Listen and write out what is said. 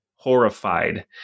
Horrified